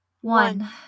One